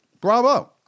Bravo